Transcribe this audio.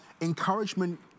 encouragement